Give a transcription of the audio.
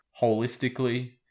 holistically